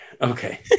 Okay